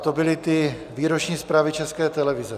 To byly ty výroční zprávy České televize.